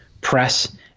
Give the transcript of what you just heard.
press